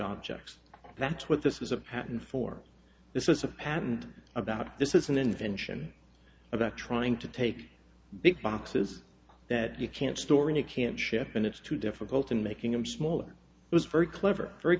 objects that's what this is a patent for this is a patent about this is an invention about trying to take big boxes that you can't store and you can't ship and it's too difficult and making them smaller was very clever very